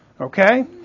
Okay